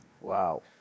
Wow